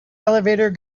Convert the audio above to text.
elevator